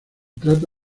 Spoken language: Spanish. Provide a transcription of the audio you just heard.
trata